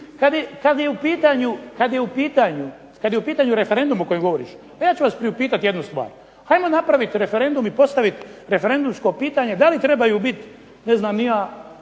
Kad je u pitanju referendum o kojem govoriš, pa ja ću vas priupitati jednu stvar. Ajmo napraviti referendum i postaviti referendumsko pitanje da li trebaju biti određene još